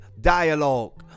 dialogue